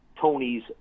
Tony's